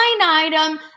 item